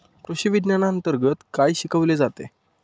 कृषीविज्ञानांतर्गत काय शिकवले जाते?